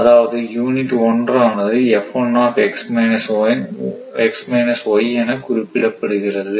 அதாவது யூனிட் 1 ஆனது என குறிப்பிட படுகிறது